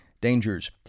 dangers